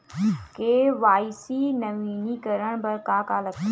KYC नवीनीकरण बर का का लगथे?